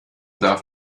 darf